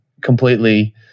completely